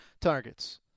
targets